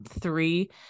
three